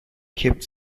kept